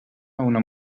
una